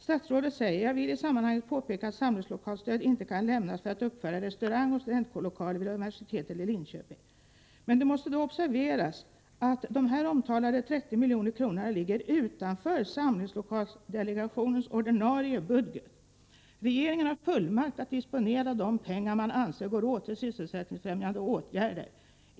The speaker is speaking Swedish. Statsrådet säger: ”Jag vill i sammanhanget påpeka att samlingslokalstöd inte kan lämnas för att uppföra restaurangoch studentkårlokaler vid universitetet i Linköping.” Men det måste observeras att de omtalade 30 miljonerna ligger utanför samlingslokaldelegationens ordinarie budget. Regeringen har fullmakt att disponera de pengar man anser går åt till sysselsättningsfrämjande åtgärder.